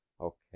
Okay